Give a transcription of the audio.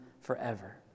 forever